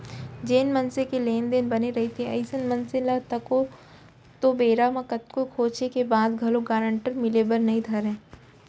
जेन मनसे के लेन देन बने रहिथे अइसन मनसे ल तको तो बेरा म कतको खोजें के बाद घलोक गारंटर मिले बर नइ धरय